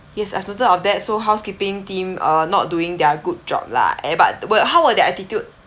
yes I've noted of that so housekeeping team err not doing their good job lah eh but what how were their attitude